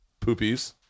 Poopies